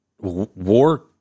war